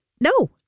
No